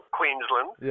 Queensland